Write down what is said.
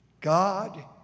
God